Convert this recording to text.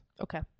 Okay